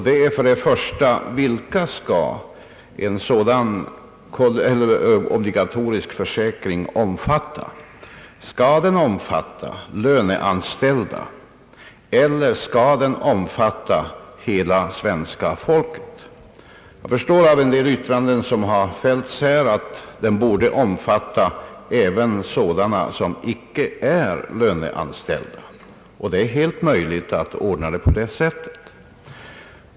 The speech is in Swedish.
Det är för det första frågan vilka grupper en sådan obligatorisk försäkring skall omfatta. Skall den omfatta löneanställda eller skall den omfatta hela svenska folket? Jag förstår av en del yttranden som har fällts här, att försäkringen borde omfatta även sådana personer som icke är löneanställda — och det är helt möjligt att ordna försäkringen på det sättet.